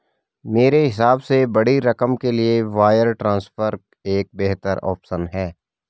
मेरे हिसाब से बड़ी रकम के लिए वायर ट्रांसफर एक बेहतर ऑप्शन है